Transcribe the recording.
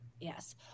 Yes